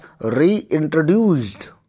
reintroduced